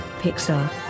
Pixar